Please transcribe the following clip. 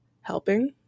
helping